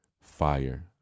fire